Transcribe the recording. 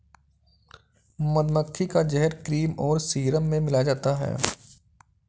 मधुमक्खी का जहर क्रीम और सीरम में मिलाया जाता है